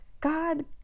God